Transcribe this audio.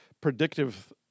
predictive